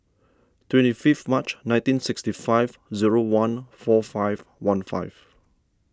twenty fifth March nineteen sixty five zero one four five one five